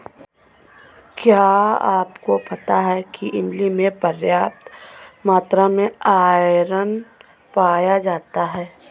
क्या आपको पता है इमली में पर्याप्त मात्रा में आयरन पाया जाता है?